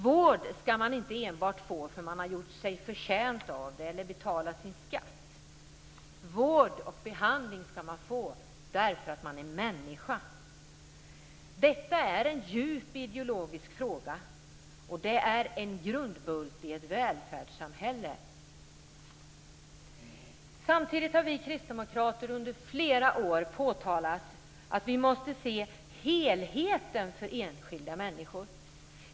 Vård och behandling skall man få inte enbart för att man har gjort sig förtjänt av det eller betalat sin skatt. Vård och behandling skall man få därför att man är människa. Detta är en djup ideologisk fråga, och det är en grundbult i ett välfärdssamhälle. Samtidigt har vi kristdemokrater under flera år påpekat att man måste se till helheten för enskilda människor.